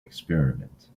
experiment